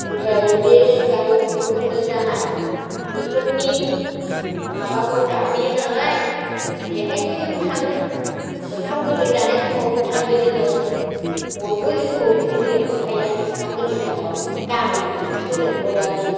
ओमफ्राय बे जाय गथ' गोरलै जानाय बेफोरनि माबाखौ जाहोयो नालाय बेवहायबो जों थाङो ओंखाम गोरलै जानाय समावबो थाङो जोङो बयबो जोंखौ बिदिनो लेंहरखायो आरोखि ओंखाम गोरलै जानायाव गामिनि मानसिखौ लेंहरो आरोखि